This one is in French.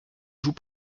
joue